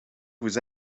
vous